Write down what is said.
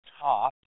top